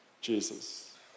Jesus